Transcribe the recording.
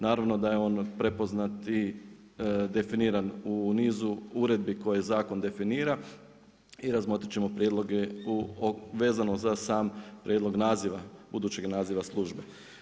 Naravno da je on prepoznati i definiran u nizu uredbi koje zakon definira i razmotriti ćemo prijedloge vezano za sam prijedlog naziva, budućeg naziva službe.